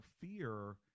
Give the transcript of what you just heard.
fear